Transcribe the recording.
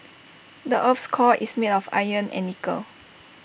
the Earth's core is made of iron and nickel